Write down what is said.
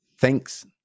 thanks